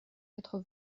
quatre